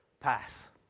pass